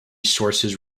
sources